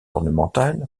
ornementale